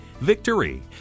Victory